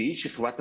והיא שכבת המומחים.